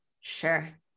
sure